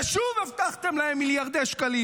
ושוב הבטחתם להם מיליארדי שקלים,